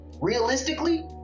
realistically